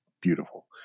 beautiful